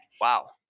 Wow